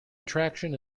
attraction